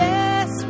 Yes